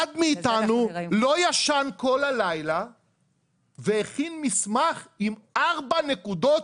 אחד מאיתנו לא ישן כל הלילה והכין מסמך עם ארבע נקודות